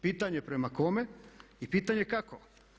Pitanje prema kome i pitanje kako?